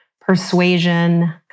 persuasion